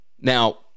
Now